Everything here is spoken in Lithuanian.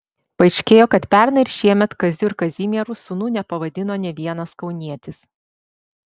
paaiškėjo kad pernai ir šiemet kaziu ar kazimieru sūnų nepavadino nė vienas kaunietis